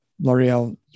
L'Oreal